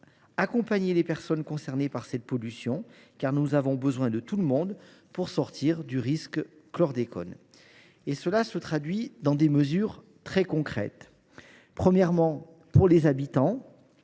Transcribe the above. l’accompagnement des personnes concernées par cette pollution, car nous avons besoin de tout le monde pour sortir du risque chlordécone. Cela se traduit par des mesures très concrètes. Premièrement, pour tous les habitants,